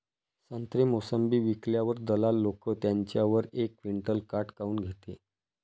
संत्रे, मोसंबी विकल्यावर दलाल लोकं त्याच्यावर एक क्विंटल काट काऊन घेते?